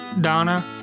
Donna